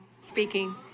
speaking